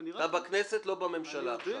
אתה בכנסת, ולא בממשלה עכשיו.